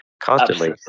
constantly